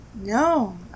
No